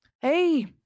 hey